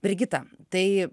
brigita tai